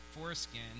foreskin